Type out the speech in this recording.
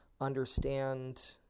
understand